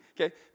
Okay